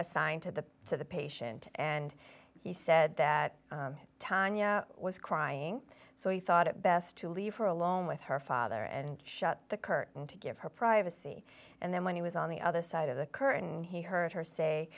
assigned to the to the patient and he said that time was crying so he thought it best to leave her alone with her father and shut the curtain to give her privacy and then when he was on the other side of the curtain he heard her say